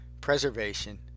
preservation